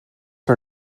her